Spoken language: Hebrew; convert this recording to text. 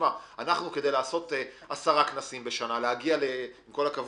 כדי לעשות עשרה כנסים בשנה כדי להגיע ל-10,000